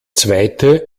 zweite